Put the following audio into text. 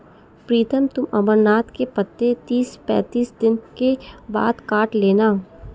प्रीतम तुम अमरनाथ के पत्ते तीस पैंतीस दिन के बाद काट लेना